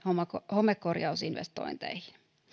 homekorjausinvestointeihin